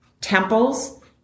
temples